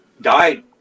died